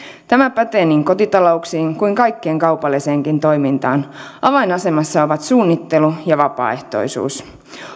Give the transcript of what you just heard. tämä pätee niin kotitalouksiin kuin kaikkeen kaupalliseenkin toimintaan avainasemassa ovat suunnittelu ja vapaaehtoisuus